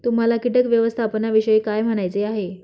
तुम्हाला किटक व्यवस्थापनाविषयी काय म्हणायचे आहे?